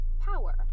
power